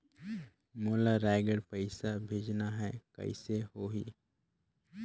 मोला रायगढ़ पइसा भेजना हैं, कइसे होही?